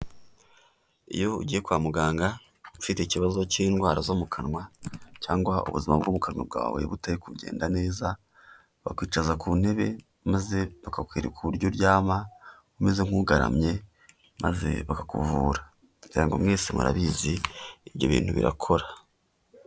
Iyo ugiye kwa muganga ufite ikibazo cy'indwara zo mu kanwa cyangwa ubuzima bwo mu kanwa bwawe butari kugenda neza, bakwicaza ku ntebe maze bakakwereka uburyo uryama umeze nk'ugaramye, maze bakakuvura, ngirango mwese murabizi, ibyo bintu birakora.